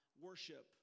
worship